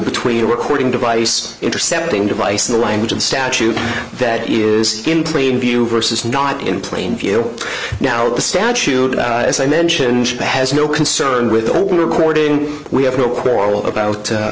between a recording device intercepting device in the language of the statute that is in plain view versus not in plain view now the statute as i mentioned has no concern with the reporting we have no quarrel about